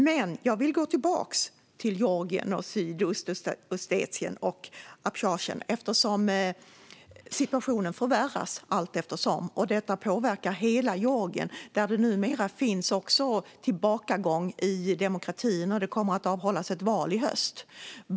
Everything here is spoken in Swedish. Men jag vill gå tillbaka till frågan om Georgien, Sydossetien och Abchazien. Situationen förvärras allteftersom, och denna påverkar hela Georgien. Där sker numera en tillbakagång i demokratin. Det ska hållas ett val i höst.